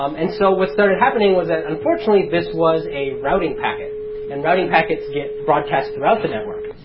um and so what started happening was that unfortunately this was a routing packet and routing packets get broadcast throughout the network.